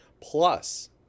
Plus